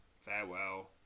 farewell